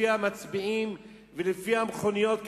לפי המצביעים ולפי המכוניות,